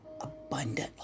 abundantly